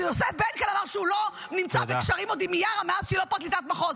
יוסף בנקל אמר שהוא לא נמצא בקשרים עם מיארה מאז שהיא לא פרקליטת מחוז.